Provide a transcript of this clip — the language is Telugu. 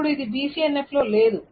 ఇప్పుడు ఇది BCNF లో లేదు